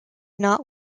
not